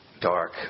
dark